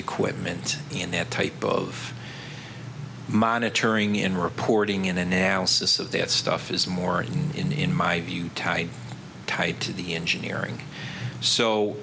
equipment and that type of monitoring in reporting and analysis of that stuff is more an in in my view type tied to the engineering so